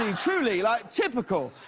um truly, like typical.